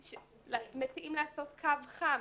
אנחנו מציעים לעשות קו חם